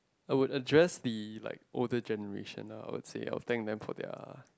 I would address the like older generation ah I would say I will thank them for their